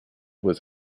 was